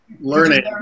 learning-